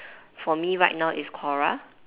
for me right now is Quora